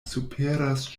superas